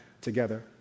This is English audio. together